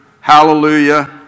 Hallelujah